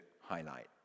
highlight